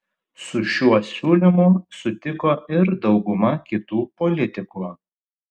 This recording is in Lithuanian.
su šiuo siūlymu sutiko ir dauguma kitų politikų